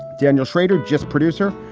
daniel shrader, just producer,